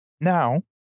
now